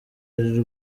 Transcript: ari